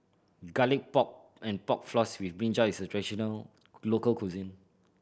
Garlic Pork and Pork Floss with brinjal is a traditional local cuisine